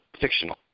fictional